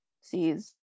sees